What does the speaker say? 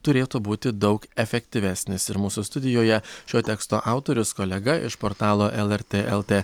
turėtų būti daug efektyvesnis ir mūsų studijoje šio teksto autorius kolega iš portalo lrt lt